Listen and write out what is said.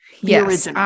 yes